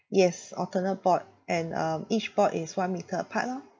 yes alternate board and um each board is one metre apart lor